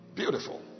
beautiful